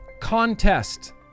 Contest